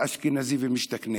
אשכנזי ומשתכנז?